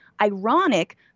Ironic